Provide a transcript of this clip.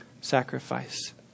sacrifice